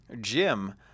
Jim